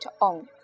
on